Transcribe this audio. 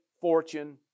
fortune